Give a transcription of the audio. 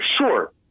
Sure